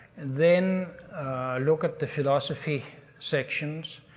then look at the philosophy sections.